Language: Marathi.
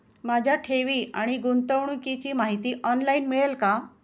माझ्या ठेवी आणि गुंतवणुकीची माहिती ऑनलाइन मिळेल का?